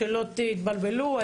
שלא תתבלבלו,